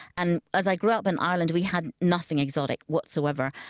and as i grew up in ireland, we had nothing exotic whatsoever.